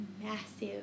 massive